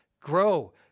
Grow